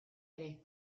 ere